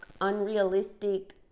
unrealistic